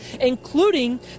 including